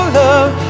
love